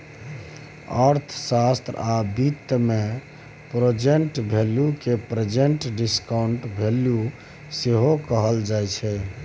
अर्थशास्त्र आ बित्त मे प्रेजेंट वैल्यू केँ प्रेजेंट डिसकांउटेड वैल्यू सेहो कहल जाइ छै